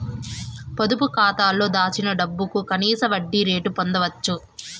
పొదుపు కాతాలో దాచిన డబ్బుకు కనీస వడ్డీ రేటు పొందచ్చు